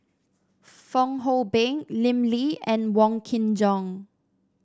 Fong Hoe Beng Lim Lee and Wong Kin Jong